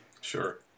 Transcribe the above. Sure